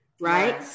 Right